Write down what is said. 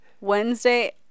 Wednesday